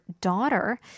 daughter